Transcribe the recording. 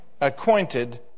Acquainted